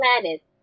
planets